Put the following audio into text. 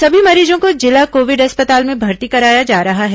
सभी मरीजों को जिला कोविड अस्पताल में भर्ती कराया जा रहा है